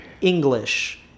English